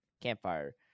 Campfire